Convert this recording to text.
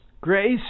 grace